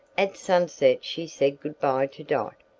at sunset she said good-bye to dot,